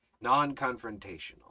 Non-confrontational